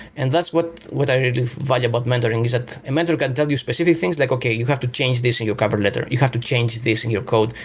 and that's what what i really value about mentoring, is that a mentor can tell you specific things, like, okay. you have to change this in your cover letter. you have to change this in your code.